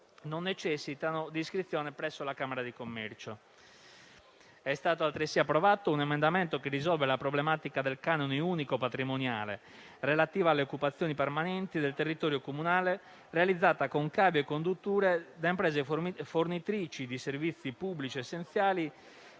non necessitano di iscrizione presso la Camera di commercio. È stato altresì approvato un emendamento che risolve la problematica del canone unico patrimoniale, relativa alle occupazioni permanenti del territorio comunale realizzata con cavi e condutture da imprese fornitrici di servizi pubblici essenziali,